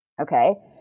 Okay